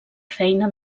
feina